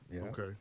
Okay